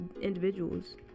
individuals